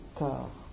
corps